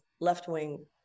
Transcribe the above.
left-wing